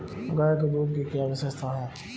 गाय के दूध की क्या विशेषता है?